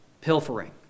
pilfering